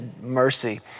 mercy